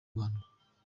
rwanda